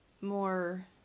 more